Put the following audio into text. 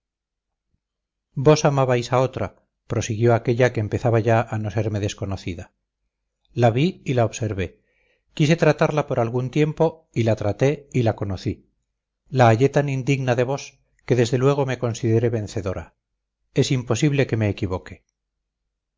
vos amabais a otra prosiguió aquélla que empezaba ya a no serme desconocida la vi y la observé quise tratarla por algún tiempo y la traté y la conocí la hallé tan indigna de vos que desde luego me consideré vencedora es imposible que me equivoque